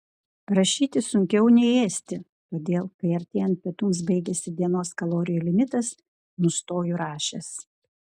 rašyti sunkiau nei ėsti todėl kai artėjant pietums baigiasi dienos kalorijų limitas nustoju rašęs